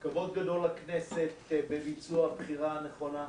כבוד גדול לכנסת בביצוע הבחירה הנכונה.